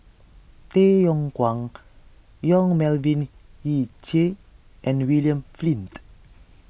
Tay Yong Kwang Yong Melvin Yik Chye and William Flint